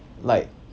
like